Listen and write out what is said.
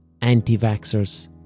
anti-vaxxers